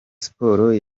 sports